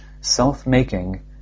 self-making